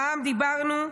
מע"מ, דיברנו.